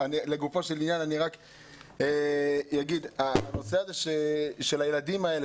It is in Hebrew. לגופו של עניין אני אומר שהנושא הזה של הילדים האלה,